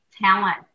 talent